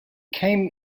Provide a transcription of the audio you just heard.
came